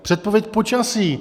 Předpověď počasí.